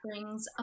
brings